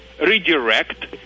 redirect